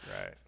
right